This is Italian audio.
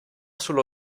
sullo